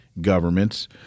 governments